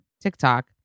TikTok